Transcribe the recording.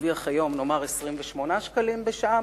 שמרוויח היום, נאמר 28 שקלים בשעה.